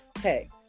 hey